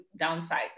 downsizing